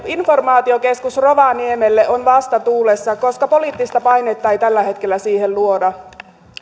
informaatiokeskus on vastatuulessa koska poliittista painetta ei tällä hetkellä siihen luoda